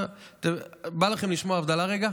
הוא אומר להם: בא לכם לשמוע הבדלה רגע?